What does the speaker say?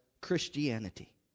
Christianity